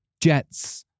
jets